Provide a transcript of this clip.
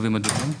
קווים אדומים.